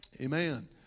Amen